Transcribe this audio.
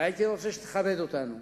והייתי רוצה שתכבד אותנו,